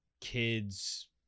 kids